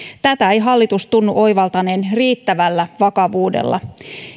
tätä ei hallitus tunnu oivaltaneen riittävällä vakavuudella